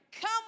Come